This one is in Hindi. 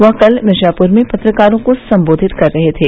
वह कल मिर्जापुर में पत्रकारों को संबोधित कर रहे थे